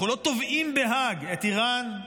אנחנו לא תובעים בהאג את איראן,